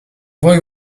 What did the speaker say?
boy